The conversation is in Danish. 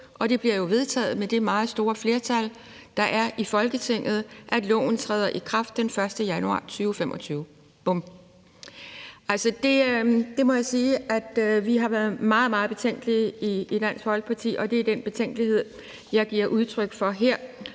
og det bliver jo vedtaget med det meget store flertal, der er i Folketinget, at loven træder i kraft den 1. januar 2025 – bum! Det må jeg sige at vi har været meget, meget betænkelige ved i Dansk Folkeparti, og det er den betænkelighed, jeg giver udtryk for her,